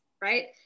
Right